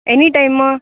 any time